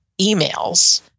emails